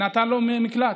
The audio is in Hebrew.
נתן לו מקלט,